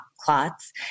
clots